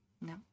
No